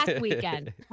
weekend